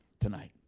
tonight